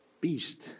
beast